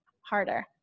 harder